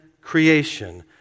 creation